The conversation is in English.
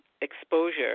exposure